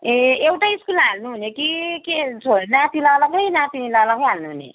ए एउटै स्कुल हाल्नुहुने कि के छो नातिलाई अलग्गै नातिनीलाई अलग्गै हाल्नुहुने